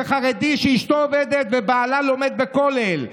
שחרדי שאשתו עובדת ובעלה לומד בכולל,